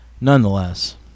Nonetheless